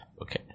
Okay